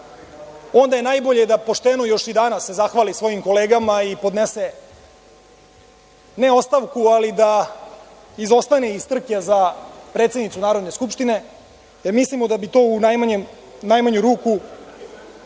onda je najbolje da pošteno još i danas zahvali svojim kolegama i podnese ne ostavku, ali da izostane iz trke za predsednicu Narodne skupštine, jer mislimo da bi to u najmanju ruku